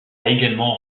également